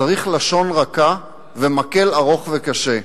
צריך לשון רכה ומקל ארוך וקשה.